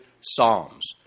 psalms